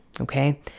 Okay